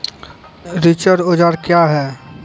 रिचर औजार क्या हैं?